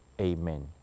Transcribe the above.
Amen